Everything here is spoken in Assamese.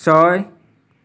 ছয়